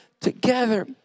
together